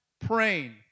praying